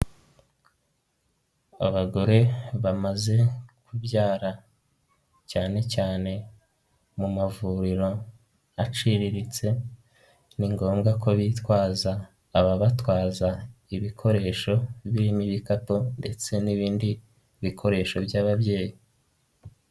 Abagore bamaze kubyara cyane cyane mu mavuriro aciriritse ni ngombwa ko bitwaza ababatwaza ibikoresho birimo ibikapu ndetse n'ibindi bikoresho by'ababyeyi.